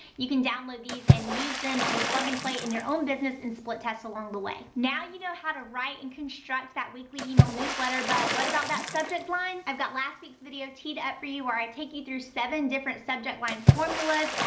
you can download these and use them to plug and play in your own business and split tests along the way. now you know how to write and that weekly email newsletter. but what about that subject line? i've got last week's video teed up for you where i take you through seven different subject line formulas.